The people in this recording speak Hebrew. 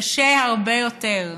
קשה הרבה יותר.